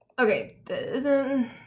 Okay